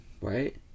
Right